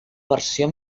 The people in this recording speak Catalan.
versió